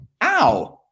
ow